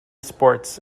sports